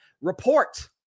report